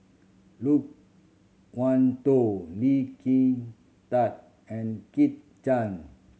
Loke Wan Tho Lee Kin Tat and Kit Chan